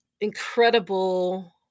incredible